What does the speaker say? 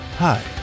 Hi